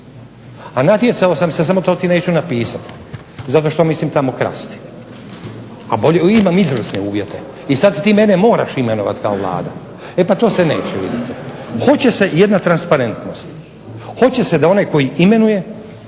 a natjecao sam se samo to ti neću napisat zato što mislim tamo krasti, imam izvrsne uvjete i sad ti mene moraš imenovat kao Vlada. E pa to se neće vidite. Hoće se jedna transparentnost, hoće se da onaj koji imenuje